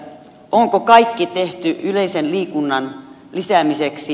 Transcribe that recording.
onko kaikki tehty yleisen liikunnan lisäämiseksi